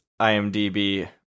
IMDB